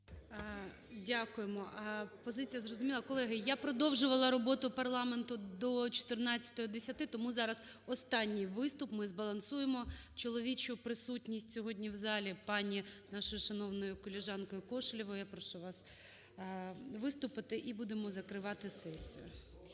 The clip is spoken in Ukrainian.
Дякуємо. Позиція зрозуміла. Колеги, я продовжувала роботу парламенту до 14:10. Тому зараз останній виступ, ми збалансуємо чоловічу присутність сьогодні в залі пані нашою шановною колежанкою Кошелєвою. Я прошу вас виступити. І будемо закривати сесію.